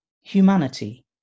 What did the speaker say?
humanity